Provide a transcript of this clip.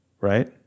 right